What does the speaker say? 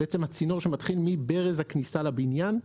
הצינור שמתחיל מברז הכניסה לבניין,